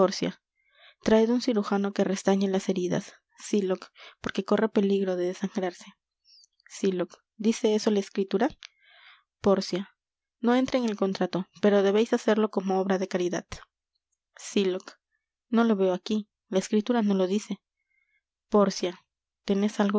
traed un cirujano que restañe las heridas sylock porque corre peligro de desangrarse sylock dice eso la escritura pórcia no entra en el contrato pero debeis hacerlo como obra de caridad sylock no lo veo aquí la escritura no lo dice pórcia teneis algo